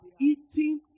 eating